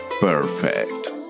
perfect